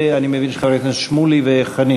ואני מבין שגם חברי הכנסת שמולי וחנין.